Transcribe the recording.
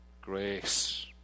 grace